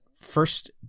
first